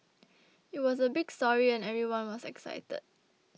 it was a big story and everyone was excited